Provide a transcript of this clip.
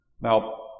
Now